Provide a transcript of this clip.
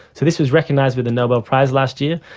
so this was recognised with a nobel prize last year.